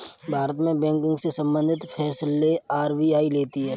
भारत में बैंकिंग से सम्बंधित फैसले आर.बी.आई लेती है